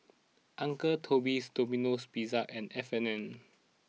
Uncle Toby's Domino Pizza and F and N